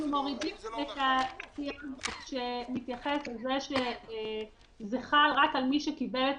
אנחנו מורידים --- שמתייחס לזה שזה חל רק על מי שקיבל את